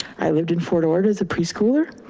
i lived in fort ord as a preschooler.